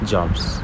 Jobs